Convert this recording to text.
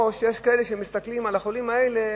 או שיש כאלה שמסתכלים על החולים האלה,